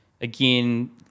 Again